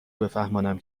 بفهمانم